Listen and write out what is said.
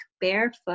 barefoot